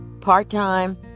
part-time